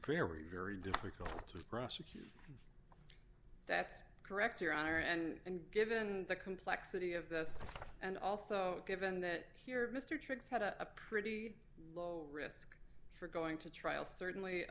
we're very difficult to prosecute that's correct your honor and given the complexity of this and also given that here mr triggs had a pretty low risk for going to trial certainly